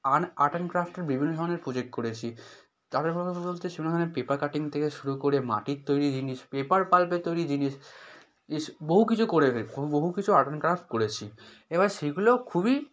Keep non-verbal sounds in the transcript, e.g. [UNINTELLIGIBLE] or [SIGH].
art and ক্র্যাফ্টের বিভিন্ন ধরনের প্রজেক্ট করেছি তারপরে [UNINTELLIGIBLE] বলতে সেরকম ধরনের পেপার কাটিং থেকে শুরু করে মাটির তৈরি জিনিস পেপার পাল্পের তৈরি জিনিস জিনিস বহু কিছু করে বহু কিছু আর্ট অ্যাণ্ড ক্র্যাফ্ট করেছি এবার সেইগুলো খুবই